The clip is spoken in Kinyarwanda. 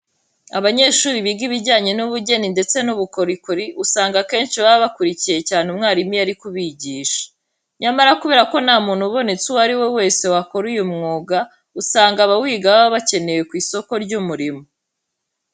Abanyeshuri biga ibijyanye n'ubugeni ndetse n'ubukorikori usanga akenshi baba bakurikiye cyane umwarimu iyo ari kubigisha. Nyamara kubera ko nta muntu ubonetse uwo ari we wese wakora uyu mwuga, usanga abawiga baba bakenewe ku isoko ry'umurimo.